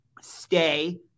stay